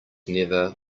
never